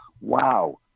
Wow